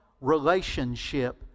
relationship